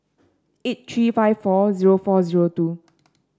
eight three five four zero four zero two